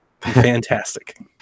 Fantastic